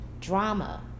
drama